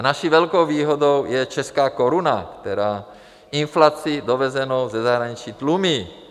Naší velkou výhodou je česká koruna, která inflaci dovezenou ze zahraničí tlumí.